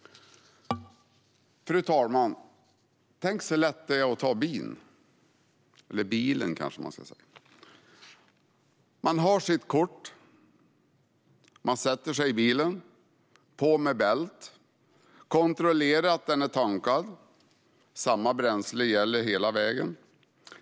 Fru talman! Tänk vad lätt det är att ta bilen. Man har sitt kort. Man sätter sig i bilen, sätter på bältet och kontrollerar att den är tankad. Samma bränsle gäller hela vägen.